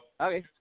Okay